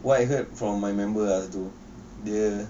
what I heard from my member as !duh!